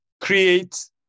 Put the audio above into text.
create